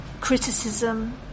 criticism